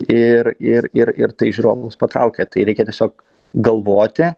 ir ir ir ir tai žiūrovus patraukė tai reikia tiesiog galvoti